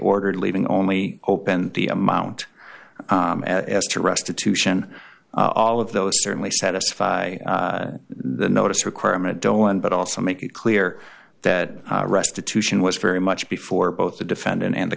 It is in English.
ordered leaving only open the amount as to restitution all of those certainly satisfy the notice requirement dolan but also make it clear that restitution was very much before both the defendant and the